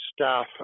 staff